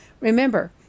Remember